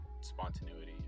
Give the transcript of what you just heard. spontaneity